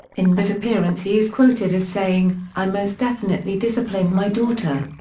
in that appearance he is quoted as saying, i most definitely discipline my daughter.